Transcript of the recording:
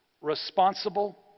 responsible